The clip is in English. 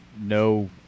no